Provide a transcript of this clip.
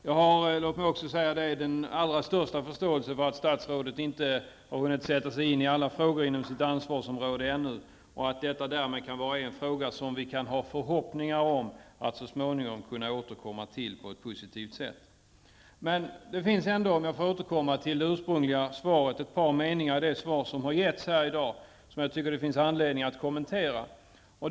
Jag har den allra största förståelse för att statsrådet ännu inte har hunnit sätta sig in i alla frågor inom det egna ansvarsområdet. Således kan vi i denna fråga hysa hopp om att vi så småningom kan återkomma till dessa saker på ett positivt sätt. För att återkomma till det svar som har getts här i dag vill jag säga att det finns anledning att kommentera ett par meningar i detsamma.